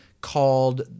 Called